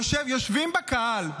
יושבים בקהל,